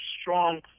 strong